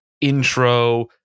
intro